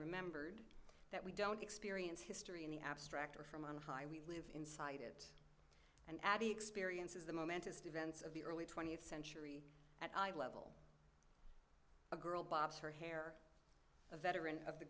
remembered that we don't experience history in the abstract or from on high we live inside it and add the experience is the momentous defense of the early twentieth century at eye level a girl bobs her hair a veteran of the